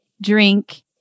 drink